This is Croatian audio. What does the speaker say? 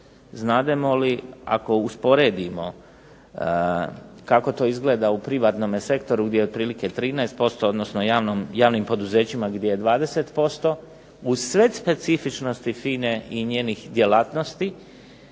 Znademo li, ako usporedimo kako to izgleda u privatnome sektoru gdje je otprilike 13%, odnosno javnim poduzećima gdje je 20%, uz sve specifičnosti FINA-e i njenih djelatnosti